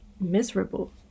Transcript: miserable